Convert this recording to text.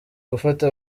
gufata